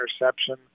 interception